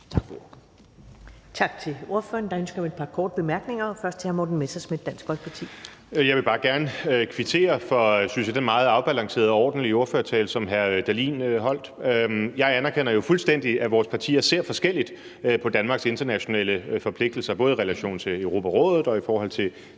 det fra hr. Morten Messerschmidt, Dansk Folkeparti. Kl. 12:52 Morten Messerschmidt (DF): Jeg vil bare gerne kvittere for den, synes jeg, meget afbalancerede og ordentlige ordførertale, som hr. Morten Dahlin holdt. Jeg anerkender jo fuldstændig, at vores partier ser forskelligt på Danmarks internationale forpligtelser, både i relation til Europarådet og i forhold til